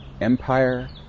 empire